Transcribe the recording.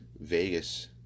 Vegas